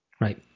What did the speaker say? right